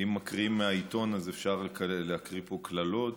שאם מקריאים מהעיתון אז אפשר להקריא פה קללות